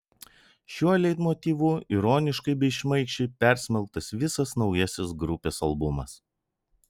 šiuo leitmotyvu ironiškai bei šmaikščiai persmelktas visas naujasis grupės albumas